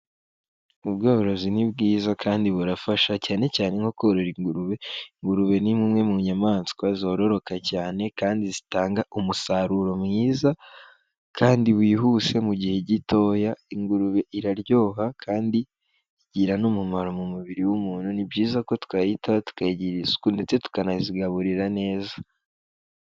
Ubworozi ni bwiza kandi burafasha, cyane cyane nko korora ingurube. Ingurube ni imwe mu nyamaswa zororoka cyane, kandi zitanga umusaruro mwiza kandi wihuse mu gihe gitoya. Ingurube iraryoha kandi igira n'umumaro mu mubiri w'umuntu. Ni byiza ko twayitaho, tukayigirarira isuku, ndetse tukanazigaburira neza.